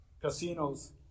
casinos